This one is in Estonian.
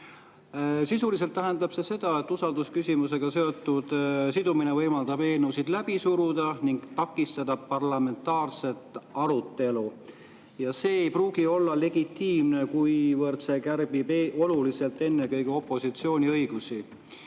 Sisuliselt tähendab see seda, et usaldusküsimusega sidumine võimaldab eelnõusid läbi suruda ning takistada parlamentaarset arutelu. Ja see ei pruugi olla legitiimne, kuivõrd see kärbib oluliselt ennekõike opositsiooni õigusi.